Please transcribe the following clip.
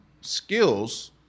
skills